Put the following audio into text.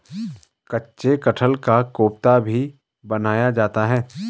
कच्चे कटहल का कोफ्ता भी बनाया जाता है